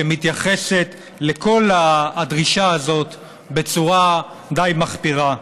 שמתייחסת לכל הדרישה הזאת בצורה די מחפירה.